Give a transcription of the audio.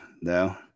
no